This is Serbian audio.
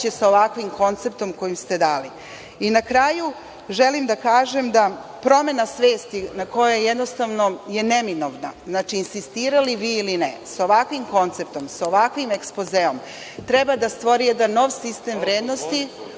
dali. Na kraju, želim da kažem da promeni svesti, koja je neminovna, znači, insistirali vi ili ne, sa ovakvim konceptom, sa ovakvim ekspozeom, treba da stvori jedan nov sistem vrednosti